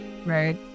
right